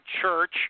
church –